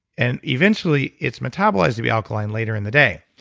and eventually, it's metabolized to be alkaline later in the day,